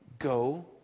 go